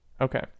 Okay